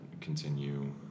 continue